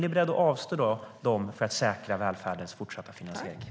Är ni beredda att avstå dem för att säkra välfärdens fortsatta finansiering?